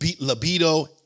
libido